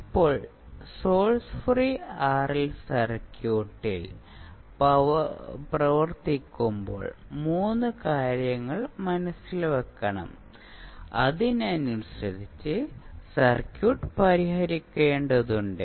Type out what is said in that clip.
ഇപ്പോൾ source free RL സർക്യൂട്ടിൽ പ്രവർത്തിക്കുമ്പോൾ 3 കാര്യങ്ങൾ മനസ്സിൽ വയ്ക്കണം അതിനനുസരിച്ച് സർക്യൂട്ട് പരിഹരിക്കേണ്ടതുണ്ട്